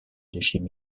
déchets